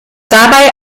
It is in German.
dabei